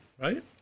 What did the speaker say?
right